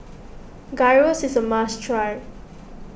Gyros is a must try